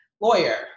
lawyer